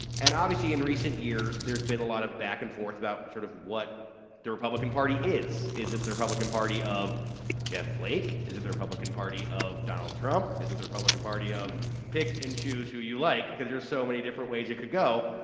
and obviously, in recent years, there's been a lot of back-and-forth about sort of what the republican party is. is it the republican party of jeff flake? is it the republican party of donald trump? is it the republican party of pick and choose who you like because there's so many different ways it could go?